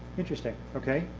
interesting, okay.